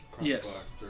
Yes